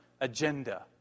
agenda